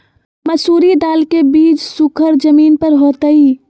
मसूरी दाल के बीज सुखर जमीन पर होतई?